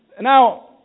Now